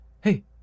Hey